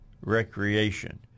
recreation